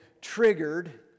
triggered